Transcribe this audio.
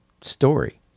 story